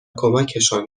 کمکشان